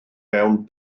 mewn